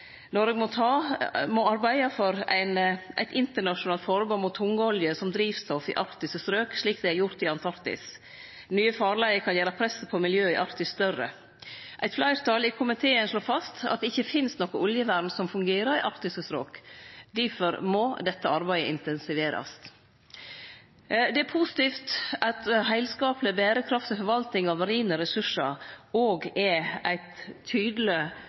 Noreg må arbeide for eit internasjonalt forbod mot tungolje som drivstoff i arktiske strok, slik det er gjort i Antarktis. Nye farleier kan gjere presset på miljøet i Arktis større. Eit fleirtal i komiteen slår fast at det ikkje finst noko oljevern som fungerer i arktiske strok. Difor må dette arbeidet intensiverast. Det er positivt at heilskapleg berekraftig forvaltning av marine ressursar òg er eit tydeleg